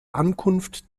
ankunft